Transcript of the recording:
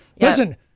Listen